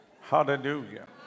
Hallelujah